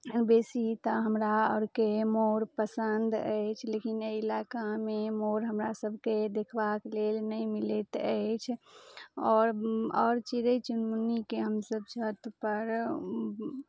बेसी तऽ हमरा आरके मोर पसन्द अछि लेकिन एहि इलाकामे मोर हमरा सभके देखबाक लेल नहि मिलैत अछि आओर आओर चिड़ै चुनमुन्नीके हमसभ छत पर